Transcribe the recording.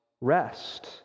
rest